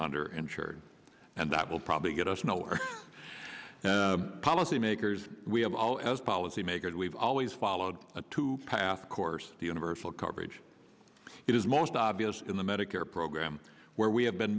under insured and that will probably get us nowhere and policymakers we have all as policy makers we've always followed a two path course the universal coverage it is most obvious in the medicare program where we have been